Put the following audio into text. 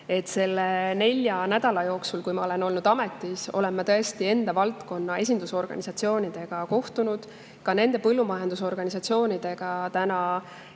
Selle nelja nädala jooksul, kui ma olen ametis olnud, olen ma tõesti enda valdkonna esindusorganisatsioonidega kohtunud. Ka nende põllumajandusorganisatsioonidega –